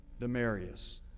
Demarius